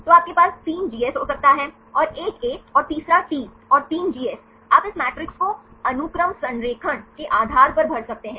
तो आपके पास 3 जीएस हो सकता है और 1 ए और तीसरा 1 टी और 3 जीएस आप इस मैट्रिक्स को अनुक्रम संरेखण के आधार पर भर सकते हैं